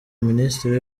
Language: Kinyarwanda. minisiteri